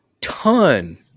ton